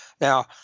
Now